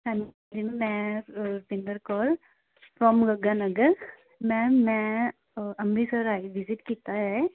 ਹਾਂਜੀ ਮੈਮ ਮੈਂ Rupinder Kaur from Ganga Nagar ma'am ਮੈਂ ਅੰਮ੍ਰਿਤਸਰ ਆਈ ਵਿਜਿਟ ਕੀਤਾ ਹੈ